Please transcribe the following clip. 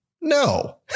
no